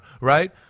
right